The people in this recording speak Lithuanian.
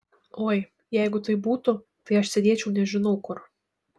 oi jeigu taip būtų tai aš sėdėčiau nežinau kur